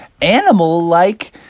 animal-like